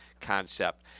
concept